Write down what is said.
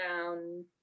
down